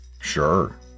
Sure